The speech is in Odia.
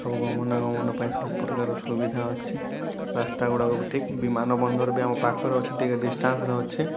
ସବୁ ଗମନା ଗମନ ପାଇଁ ସବୁ ପ୍ରକାର ସୁବିଧା ଅଛି ରାସ୍ତା ଗୁଡ଼ାକ ବି ଠିକ୍ ବିମାନ ବନ୍ଦର ବି ଆମ ପାଖରେ ଅଛି ଟିକେ ଡିଷ୍ଟାନ୍ସରେ ଅଛି